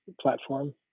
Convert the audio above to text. platform